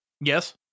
Yes